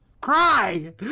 Cry